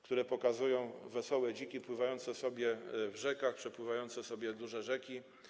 które pokazują wesołe dziki pływające sobie w rzekach, przepływające sobie duże rzeki.